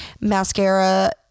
mascara